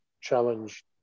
challenge